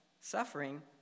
suffering